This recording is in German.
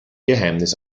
geheimnis